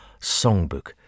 songbook